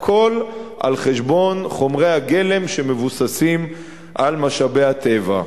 הכול על חשבון חומרי הגלם שמבוססים על משאבי הטבע.